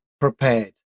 prepared